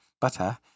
butter